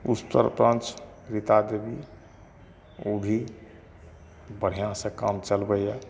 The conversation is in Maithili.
रुस्टर क्रँच रीता देबी भी बढ़िऑं सऽ काम चलबैया